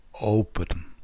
open